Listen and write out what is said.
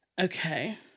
okay